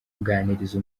kuganiriza